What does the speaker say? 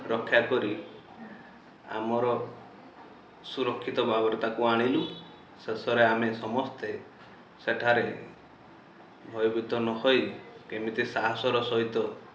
ରକ୍ଷାକରି ଆମର ସୁରକ୍ଷିତ ଭାବରେ ତାକୁ ଆଣିଲୁ ଶେଷରେ ଆମେ ସମସ୍ତେ ସେଠାରେ ଭୟଭୀତ ନ ହୋଇ କେମିତି ସାହସର ସହିତ